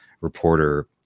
reporter